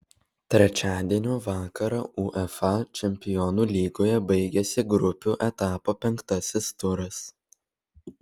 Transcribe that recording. trečiadienio vakarą uefa čempionų lygoje baigėsi grupių etapo penktasis turas